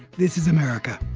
this is america